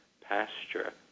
pasture